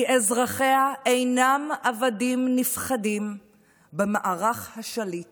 כי אזרחיה אינם עבדים נפחדים במערך השליט